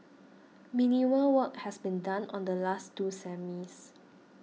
minimal work has been done on the last two semis